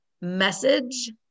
message